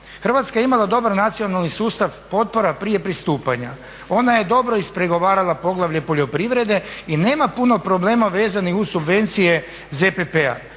"Hrvatska je imala dobar nacionalni sustav potpora prije pristupanja. Ona je dobro ispregovarala poglavlje poljoprivrede i nema puno problema veznih uz subvencije ZPP-a.